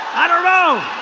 i don't know